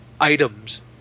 items